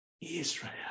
Israel